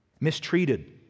mistreated